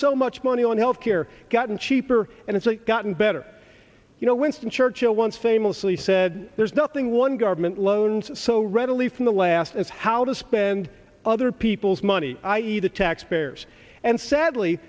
so much money on health care gotten cheaper and it's gotten better you know winston churchill once famously said there's nothing one government loans so readily from the last is how to spend other people's money i e the taxpayers and sadly